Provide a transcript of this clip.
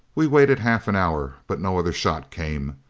we waited half an hour but no other shot came.